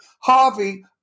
Harvey